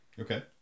Okay